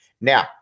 Now